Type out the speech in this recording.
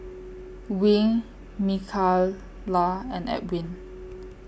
Wing Micayla and Edwin